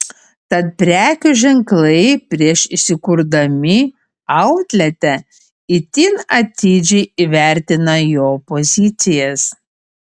tad prekių ženklai prieš įsikurdami outlete itin atidžiai įvertina jo pozicijas